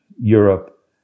Europe